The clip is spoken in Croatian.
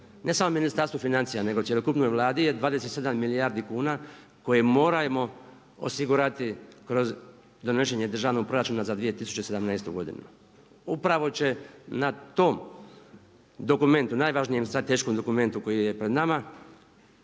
ne samo ministarstva financija nego cjelokupnoj Vladi je 27 milijardi kuna koje moramo osigurati kroz donošenje državnog proračuna za 2017. godinu. Upravo će na tom dokumentu najvažnijem strateškom dokumentu koji je pred nama